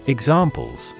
Examples